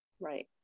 Right